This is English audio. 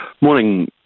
Morning